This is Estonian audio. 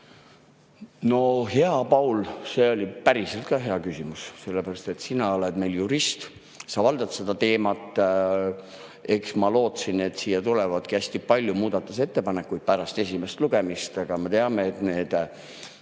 Hea Paul, see oli päriselt ka hea küsimus. Sina oled meil jurist, sa valdad seda teemat. Eks ma lootsin, et tulebki hästi palju muudatusettepanekuid pärast esimest lugemist. Aga me teame, et me